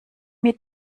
mir